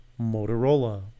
motorola